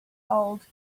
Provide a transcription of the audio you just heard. old